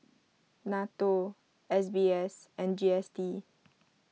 Nato S B S and G S T